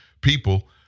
people